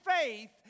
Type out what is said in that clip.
faith